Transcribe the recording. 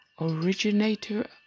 originator